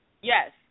yes